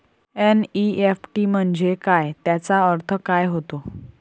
NEFT म्हंजे काय, त्याचा अर्थ काय होते?